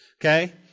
Okay